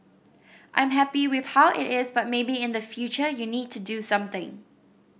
I'm happy with how it is but maybe in the future you need to do something